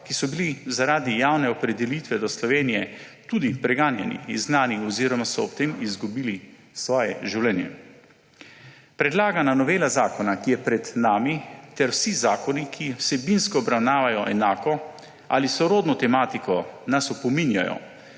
ki so bili zaradi javne opredelitve do Slovenije tudi preganjani in znani oziroma so ob tem izgubili svoje življenje. Predlagana novela zakona, ki je pred nami, ter vsi zakoni, ki vsebinsko obravnavajo enako ali sorodno tematiko, nas opominjajo,